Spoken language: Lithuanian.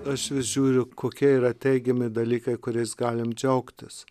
aš žiūriu kokie yra teigiami dalykai kuriais galim džiaugtis